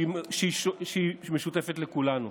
שהיא משותפת לכולנו.